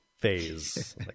phase